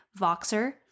Voxer